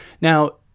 Now